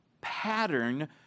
pattern